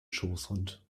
schoßhund